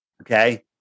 Okay